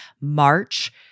March